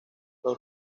los